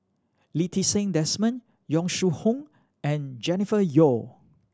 Lee Ti Seng Desmond Yong Shu Hoong and Jennifer Yeo